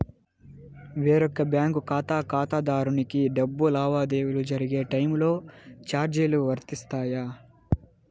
వేరొక బ్యాంకు ఖాతా ఖాతాదారునికి డబ్బు లావాదేవీలు జరిగే టైములో చార్జీలు వర్తిస్తాయా?